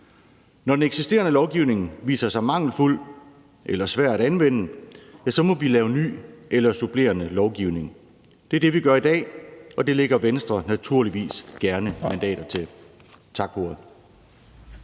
Når den eksisterende lovgivning viser sig mangelfuld eller svær at anvende, må vi lave ny eller supplerende lovgivning. Det er det, vi gør i dag, og det lægger Venstre naturligvis gerne mandater til. Tak